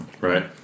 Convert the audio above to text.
Right